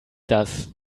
das